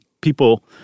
people